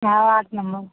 हँ आठ नम्बर